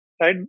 Right